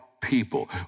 people